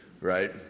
right